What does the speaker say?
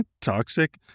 toxic